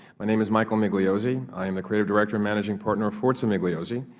my name is micheal migliozzi. i am the creative director and managing partner of forza migliozzi,